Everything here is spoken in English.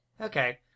Okay